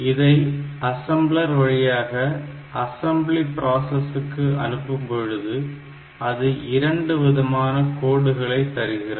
இதை அசம்ளர் வழியாக assembly process க்கு அனுப்பும் பொழுது அது 2 விதமான கோடுகளை தருகிறது